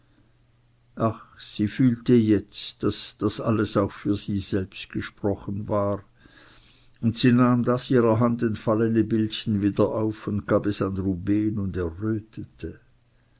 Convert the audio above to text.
sie fühlte jetzt daß das alles auch für sie selbst gesprochen war und sie nahm das ihrer hand entfallene bildchen wieder auf und gab es an ruben und